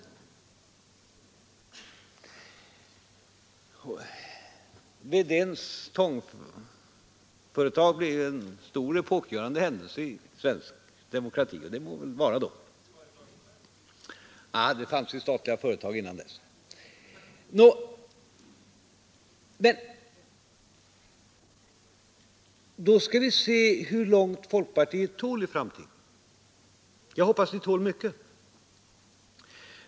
Han sade att det som skedde vid herr Wedéns tångföretag blev en stor och epokgörande händelse i svensk demokrati. Ja, det må vara. Nej, sådan representation fanns i statliga företag innan dess. Men då skall vi se hur mycket folkpartiet tål i framtiden. Jag hoppas att ni tål mycket.